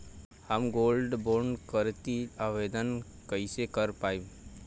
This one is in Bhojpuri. हम गोल्ड बोंड करतिं आवेदन कइसे कर पाइब?